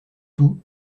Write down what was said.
tout